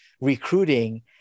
Recruiting